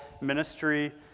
ministry